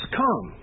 come